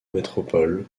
métropole